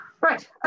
right